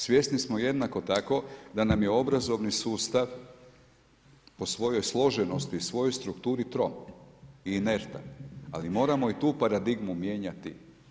Svjesni smo jednako tako, da nam je obrazovni sustav po svoj složenosti i svojoj strukturi trom i inertan, ali moramo i tu paradigmu mijenjati.